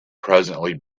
presently